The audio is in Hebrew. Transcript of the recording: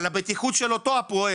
על הבטיחות של אותו הפועל,